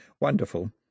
Wonderful